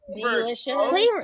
delicious